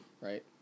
right